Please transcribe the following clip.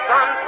Sun